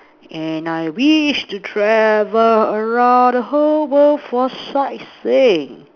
and I wish to travel around the whole world for sightseeing